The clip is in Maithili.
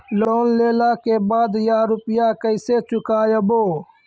लोन लेला के बाद या रुपिया केसे चुकायाबो?